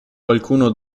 qualcuno